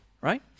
right